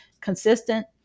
consistent